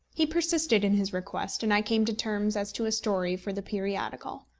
he persisted in his request, and i came to terms as to a story for the periodical.